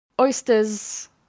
oysters